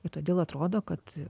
ji todėl atrodo kad